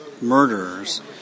murderers